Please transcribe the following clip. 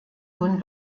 nun